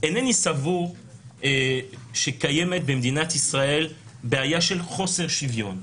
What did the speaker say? אינני סבור שקיימת במדינת ישראל בעיה של חוסר שוויון,